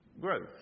growth